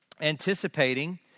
anticipating